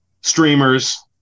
streamers